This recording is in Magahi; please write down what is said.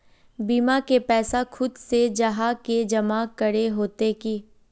बीमा के पैसा खुद से जाहा के जमा करे होते की?